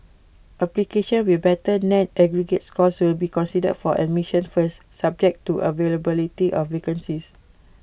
applicants with better net aggregate scores will be considered for admission first subject to the availability of vacancies